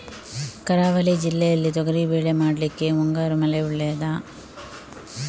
ಕರಾವಳಿ ಜಿಲ್ಲೆಯಲ್ಲಿ ತೊಗರಿಬೇಳೆ ಮಾಡ್ಲಿಕ್ಕೆ ಮುಂಗಾರು ಮಳೆ ಒಳ್ಳೆಯದ?